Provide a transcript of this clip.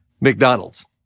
McDonald's